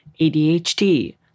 ADHD